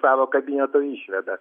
savo kabineto išveda